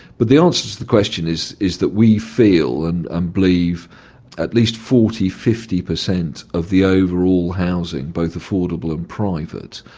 but the answer to the question is is that we feel and and believe at least forty, fifty per cent of the overall housing, both affordable and private,